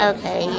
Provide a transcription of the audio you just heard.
Okay